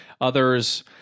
others